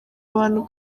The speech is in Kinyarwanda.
abantu